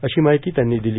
अशी माहिती त्यांनी दिली